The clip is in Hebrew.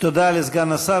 תודה לסגן השר.